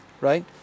Right